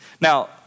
Now